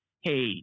Hey